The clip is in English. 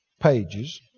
pages